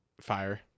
Fire